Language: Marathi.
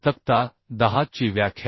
तक्ता 10 ची व्याख्या